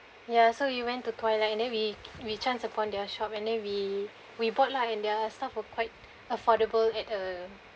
ya so you went to twilight and then we we chance upon their shop and then we we bought lah and their stuff were quite affordable at a